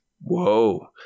Whoa